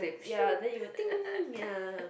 ya then you will !ting! ya